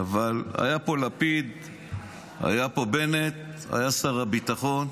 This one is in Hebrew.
אבל היה פה לפיד, היה פה בנט, היה שר הביטחון,